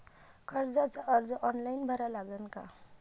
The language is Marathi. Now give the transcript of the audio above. कर्जाचा अर्ज ऑनलाईन भरा लागन का?